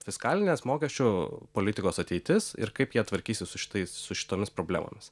fiskalinės mokesčių politikos ateitis ir kaip jie tvarkysis su šitais su šitomis problemomis